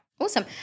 Awesome